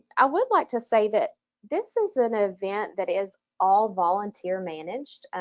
i would like to say that this is an event that is all volunteer managed.